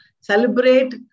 celebrate